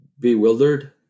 bewildered